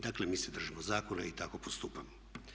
Dakle, mi se držimo zakona i tako postupamo.